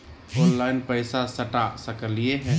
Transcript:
Online पैसा सटा सकलिय है?